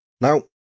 now